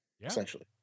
Essentially